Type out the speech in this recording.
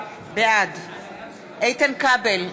בעד איתן כבל,